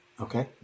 Okay